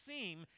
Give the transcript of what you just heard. seem